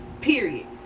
Period